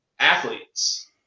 athletes